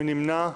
מי נמנע?